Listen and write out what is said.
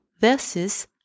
versus